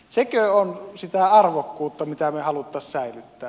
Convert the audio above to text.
sekö on sitä arvokkuutta mitä me haluaisimme säilyttää